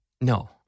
No